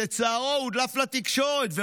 שלצערו הודלף לתקשורת,